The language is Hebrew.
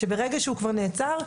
שברגע שהוא כבר נעצר,